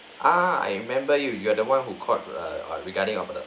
ah I remember you you are the one who called err regarding of the